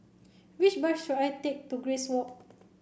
which bus should I take to Grace Walk